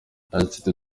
ati